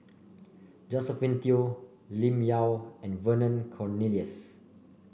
Josephine Teo Lim Yau and Vernon Cornelius